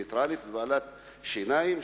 נייטרלית ובעלת שיניים,